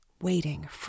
waiting